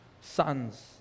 sons